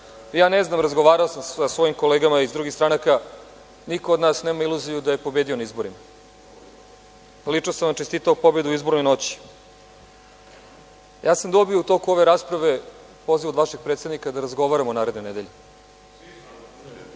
Ja ne znam, razgovarao sam sa svojim kolegama iz drugih stranaka, niko od nas nema iluziju da je pobedio na izborima. Lično sam vam čestitao pobedu u izbornoj noći. Ja sam dobio u toku ove rasprave poziv od vašeg predsednika da razgovaramo naredne nedelje.